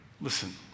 Listen